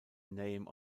name